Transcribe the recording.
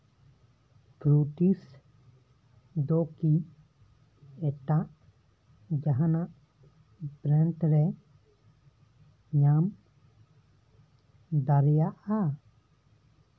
ᱯᱷᱨᱚᱴᱤᱥ ᱫᱚ ᱠᱤ ᱮᱴᱟᱜ ᱡᱟᱦᱟᱸᱱᱟᱜ ᱵᱨᱮᱱᱰ ᱨᱮ ᱧᱟᱢ ᱫᱟᱲᱮᱭᱟᱜᱼᱟ